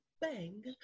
bang